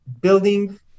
building